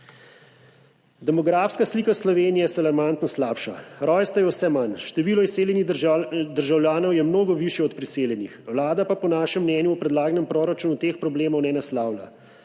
Demografska slika Slovenije se alarmantno slabša. Rojstev je vse manj, število izseljenih državljanov je mnogo višje od priseljenih, vlada pa po našem mnenju v predlaganem proračunu teh problemov ne naslavlja,